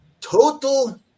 total